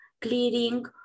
clearing